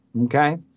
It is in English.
okay